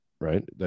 right